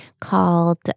called